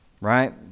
Right